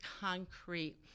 concrete